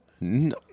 No